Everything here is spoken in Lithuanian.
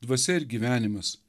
dvasia ir gyvenimas